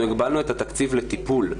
אנחנו הגבלנו את התקציב לטיפול,